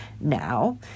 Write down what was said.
now